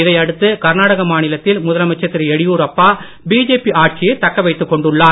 இதை அடுத்து கர்நாடக மாநிலத்தில் முதலமைச்சர் திரு எடியூரப்பா பிஜேபி ஆட்சியை தக்க வைத்துக் கொண்டுள்ளார்